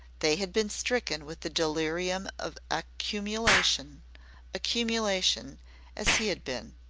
they had been stricken with the delirium of accumulation accumulation as he had been.